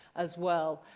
as well.